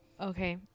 Okay